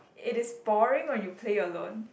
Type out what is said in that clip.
it is boring when you play alone